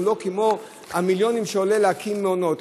הוא לא כמו המיליונים שעולה להקים מעונות.